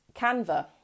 Canva